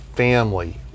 family